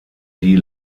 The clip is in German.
die